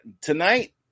Tonight